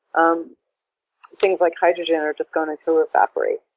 um things like hydrogen are just going and to evaporate.